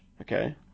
okay